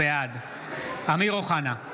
בעד אמיר אוחנה,